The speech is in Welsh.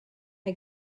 mae